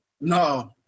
No